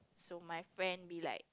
so my friend be like